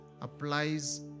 applies